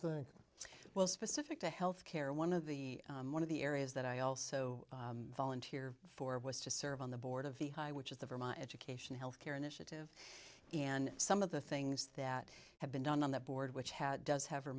think well specific to health care one of the one of the areas that i also volunteer for was to serve on the board of the high which is the vermont education health care initiative and some of the things that have been done on the board which had does have